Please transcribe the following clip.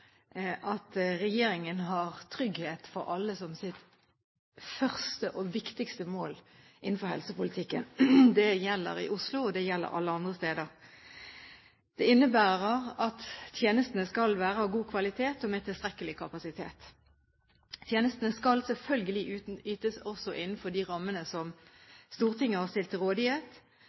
at regjeringen har trygghet for alle som sitt første og viktigste mål innenfor helsepolitikken. Det gjelder i Oslo, og det gjelder alle andre steder. Det innebærer at tjenestene skal være av god kvalitet og med tilstrekkelig kapasitet. Tjenestene skal selvfølgelig ytes også innenfor de rammene som Stortinget har stilt til rådighet,